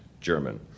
German